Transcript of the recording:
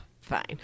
Fine